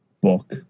book